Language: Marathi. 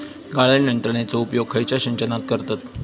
गाळण यंत्रनेचो उपयोग खयच्या सिंचनात करतत?